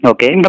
Okay